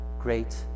great